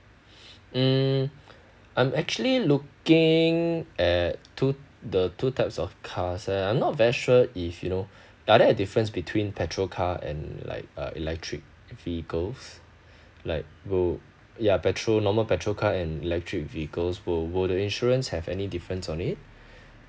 mm I'm actually looking at two the two types of cars and I'm not very sure if you know are there a difference between petrol car and like uh electric vehicles like roo~ ya petrol normal petrol car and electric vehicles will will the insurance have any difference on it